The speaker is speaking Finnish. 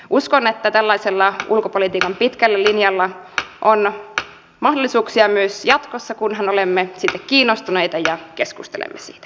uskon että tällaisella ulkopolitiikan pitkällä linjalla on mahdollisuuksia myös jatkossa kunhan olemme siitä kiinnostuneita ja keskustelemme siitä